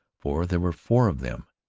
for there were four of them,